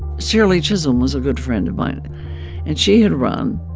shirley chisholm was a good friend of mine, and she had run.